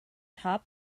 top